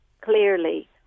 clearly